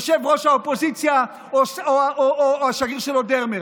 יושב-ראש האופוזיציה או השגריר שלו דרמר?